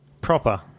proper